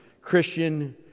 Christian